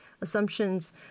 assumptions